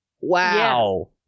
Wow